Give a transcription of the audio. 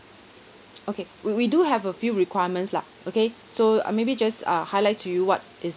okay we we do have a few requirements lah okay so uh maybe just uh highlight to you what is